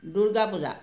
Durga Puja